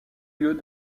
lieu